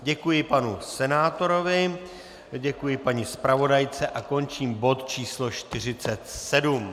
Děkuji panu senátorovi, děkuji paní zpravodajce a končím bod číslo 47.